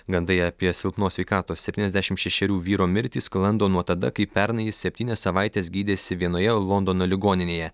gandai apie silpnos sveikatos septyniasdešimt šešerių vyro mirtį sklando nuo tada kai pernai jis septynias savaites gydėsi vienoje londono ligoninėje